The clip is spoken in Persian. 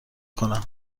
کنم